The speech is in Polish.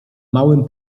małym